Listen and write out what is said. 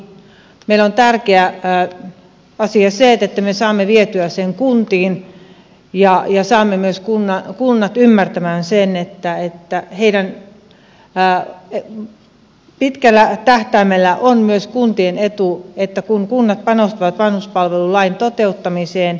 meille on tärkeä asia että me saamme vietyä sen kuntiin ja saamme myös kunnat ymmärtämään sen että pitkällä tähtäimellä on myös kuntien etu että ne panostavat vanhuspalvelulain toteuttamiseen